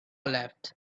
left